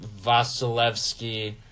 Vasilevsky